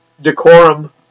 decorum